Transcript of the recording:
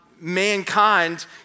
mankind